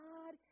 God